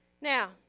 Now